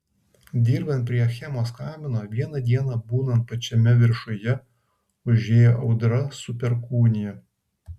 dirbant prie achemos kamino vieną dieną būnant pačiame viršuje užėjo audra su perkūnija